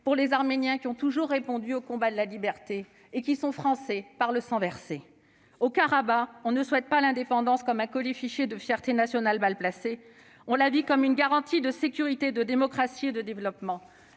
aux Arméniens, lesquels ont toujours répondu à l'appel des combats de la liberté, et sont français par le sang versé. Au Haut-Karabagh, on ne souhaite pas l'indépendance comme un colifichet de fierté nationale mal placée ; on la vit comme une garantie de sécurité, de démocratie et de développement.